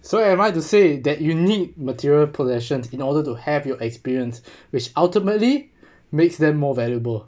so am I to say that you need material possessions in order to have your experience which ultimately makes them more valuable